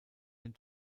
den